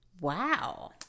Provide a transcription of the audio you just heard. Wow